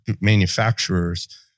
manufacturers